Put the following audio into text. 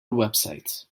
website